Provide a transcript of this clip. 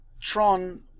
Tron